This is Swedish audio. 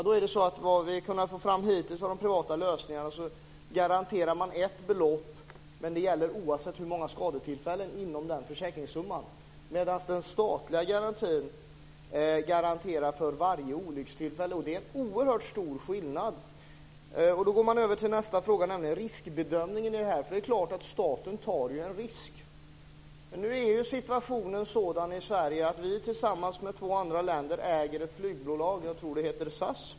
Att döma av vad vi har kunnat få fram hittills av de privata lösningarna garanterar man ett belopp, men det gäller oavsett hur många skadetillfällen det handlar om inom den försäkringssumman. Den statliga garantin garanterar däremot för varje olyckstillfälle, och det är en oerhört stor skillnad. Sedan gäller det riskbedömningen, för det är klart att staten tar en risk. Nu är situationen sådan i Sverige att vi tillsammans med två andra länder äger ett flygbolag. Jag tror att det heter SAS.